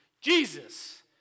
Jesus